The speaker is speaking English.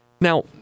Now